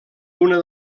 una